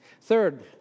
Third